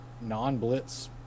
non-blitz